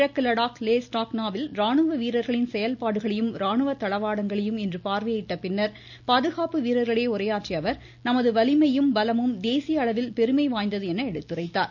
கிழக்கு லடாக் லே ஸ்டாக்நாவில் ராணுவ வீரர்களின் செயல்பாடுகளையும் ராணுவ தளவாடங்களையும் இன்று பார்வையிட்ட பின்னர் பாதுகாப்பு வீரர்களிடையே உரையாற்றிய அவர் நமது வலிமையும் பலமும் தேசிய அளவில் பெருமை வாய்ந்தது என எடுத்துரைத்தார்